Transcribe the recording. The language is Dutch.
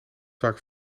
vaak